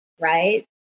right